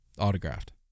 Autographed